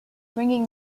bringing